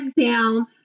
down